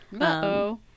Uh-oh